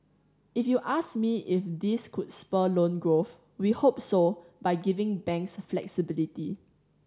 if you ask me if this could spur loan growth we hope so by giving banks flexibility